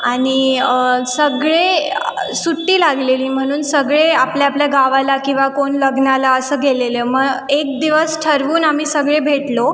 आणि सगळे सुट्टी लागलेली म्हणून सगळे आपल्या आपल्या गावाला किंवा कोण लग्नाला असं गेलेले मग एक दिवस ठरवून आम्ही सगळे भेटलो